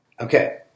Okay